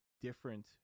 different